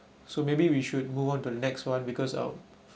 so maybe we should move on to next one because of